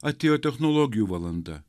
atėjo technologijų valanda